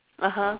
(uh huh)